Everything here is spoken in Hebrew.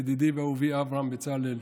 ידידי ואהובי אברהם בצלאל.